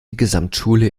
gesamtschule